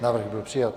Návrh byl přijat.